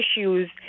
issues